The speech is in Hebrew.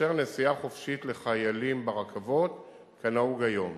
תתאפשר נסיעה חופשית לחיילים ברכבות כנהוג היום.